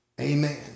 Amen